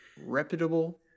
Reputable